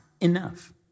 enough